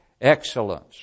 excellence